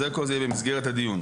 כל זה יהיה במסגרת הדיון,